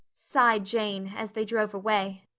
sighed jane, as they drove away.